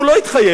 הוא לא יתחייב.